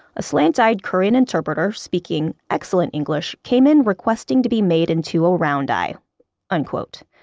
a slant-eyed korean interpreter, speaking excellent english came in requesting to be made into a round-eye unquote.